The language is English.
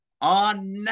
on